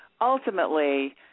ultimately